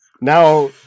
Now